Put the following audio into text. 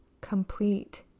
complete